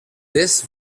this